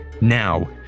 now